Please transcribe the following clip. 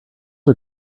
are